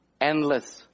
Endless